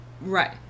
Right